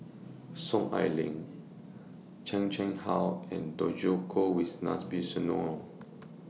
Soon Ai Ling Chan Chang How and Djoko Wibisono